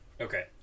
Okay